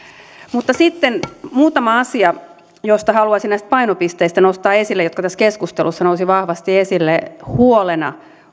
mutta sitten muutama asia jotka haluaisin näistä painopisteistä nostaa esille ja jotka tässä keskustelussa nousivat vahvasti esille huolena